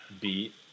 beat